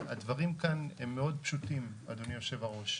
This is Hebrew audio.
הדברים כאן הם מאוד פשוטים, אדוני היושב-ראש,